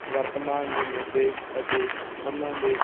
ਵਰਤਮਾਨ ਦੇ ਮੁੱਦੇ ਅਤੇ ਉਹਨਾਂ ਦੇ